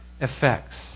effects